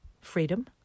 freedom